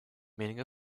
meaning